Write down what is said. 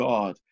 God